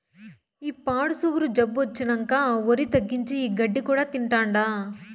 ఈ పాడు సుగరు జబ్బొచ్చినంకా ఒరి తగ్గించి, ఈ గడ్డి కూడా తింటాండా